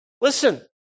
Listen